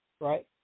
right